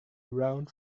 around